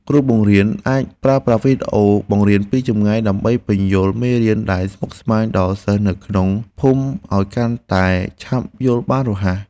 គ្រូបង្រៀនអាចប្រើប្រាស់វីដេអូបង្រៀនពីចម្ងាយដើម្បីពន្យល់មេរៀនដែលស្មុគស្មាញដល់សិស្សនៅក្នុងភូមិឱ្យកាន់តែឆាប់យល់បានរហ័ស។